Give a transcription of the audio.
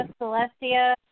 Celestia